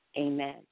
Amen